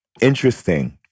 interesting